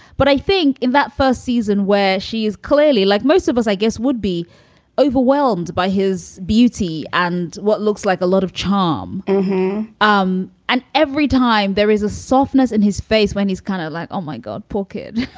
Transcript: but i think in that first season where she is clearly like most of us, i guess, would be overwhelmed by his beauty and what looks like a lot of charm um and every time there is a softness in his face when he's kind of like, oh, my god, poor kid,